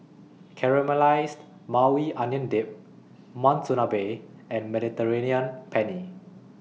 Caramelized Maui Onion Dip Monsunabe and Mediterranean Penne